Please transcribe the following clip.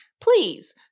Please